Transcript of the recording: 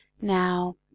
Now